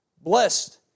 Blessed